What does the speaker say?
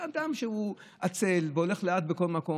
בן אדם שהוא עצל והולך לאט בכל מקום,